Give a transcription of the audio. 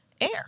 air